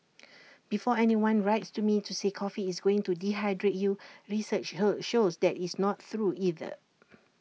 before anyone writes to me to say coffee is going to dehydrate you research shows that is not true either